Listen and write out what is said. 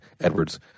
Edwards